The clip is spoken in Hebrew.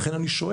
ולכן אני שואל,